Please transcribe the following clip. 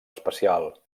especial